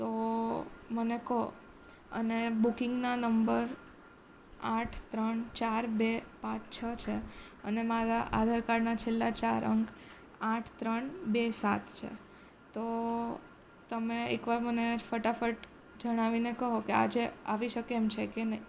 તો મને કહો અને બુકિંગના નંબર આઠ ત્રણ ચાર બે પાંચ છ છે અને મારા આધાર કાર્ડના છેલ્લા ચાર અંક આઠ ત્રણ બે સાત છે તો તમે એકવાર મને ફટાફટ જણાવીને કહો કે આજે આવી શકે એમ છે કે નહીં